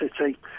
City